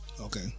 okay